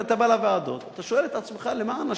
אתה בא לוועדות, אתה שואל את עצמך: למען השם,